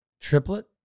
triplet